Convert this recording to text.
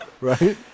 right